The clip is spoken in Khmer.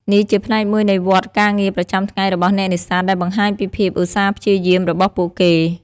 នេះជាផ្នែកមួយនៃវដ្តការងារប្រចាំថ្ងៃរបស់អ្នកនេសាទដែលបង្ហាញពីភាពឧស្សាហ៍ព្យាយាមរបស់ពួកគេ។